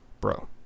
Bro